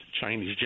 Chinese